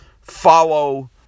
follow